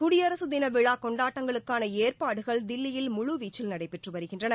குடியரசுதின விழா கொண்டாட்டங்களுக்கான ஏற்பாடுகள் தில்லியில் முழுவீச்சில் நடைபெற்று வருகின்றன